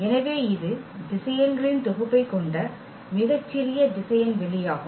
எனவே இது திசையன்களின் தொகுப்பைக் கொண்ட மிகச்சிறிய திசையன் வெளியாகும்